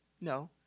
No